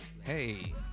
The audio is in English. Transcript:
hey